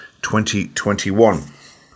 2021